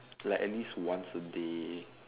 like at least once a day